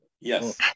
Yes